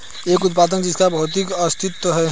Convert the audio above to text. एक उत्पाद जिसका भौतिक अस्तित्व है?